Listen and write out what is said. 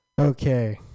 Okay